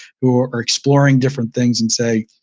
who are exploring different things, and say,